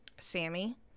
Sammy